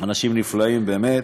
אנשים נפלאים באמת,